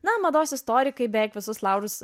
na mados istorikai beveik visus laurus